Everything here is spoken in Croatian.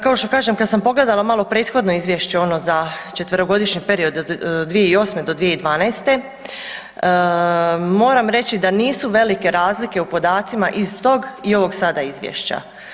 Kao što kažem kad sam pogledala malo prethodno izvješće ono za četverogodišnji period od 2008. do 2012. moram reći da nisu velike razlike u podacima iz tog i ovog sada izvješća.